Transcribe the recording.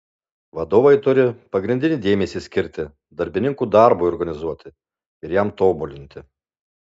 vadovai turi pagrindinį dėmesį skirti darbininkų darbui organizuoti ir jam tobulinti